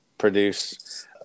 produce